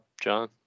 John